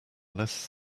less